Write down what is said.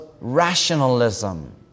rationalism